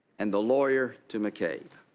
and the lawyer to mccabe.